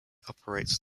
operates